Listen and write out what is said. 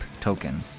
Token